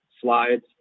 slides